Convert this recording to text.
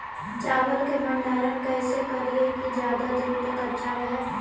चावल के भंडारण कैसे करिये की ज्यादा दीन तक अच्छा रहै?